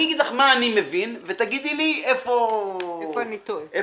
אני אגיד לך מה אני מבין ותגידי לי איפה אני טועה.